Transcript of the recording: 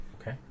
Okay